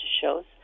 shows